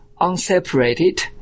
unseparated